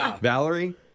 Valerie